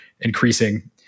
increasing